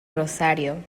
rosario